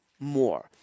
more